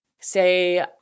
say